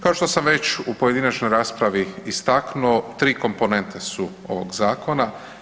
Kao što sam već u pojedinačnoj raspravi istaknuo, 3 komponente su ovog zakona.